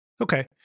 Okay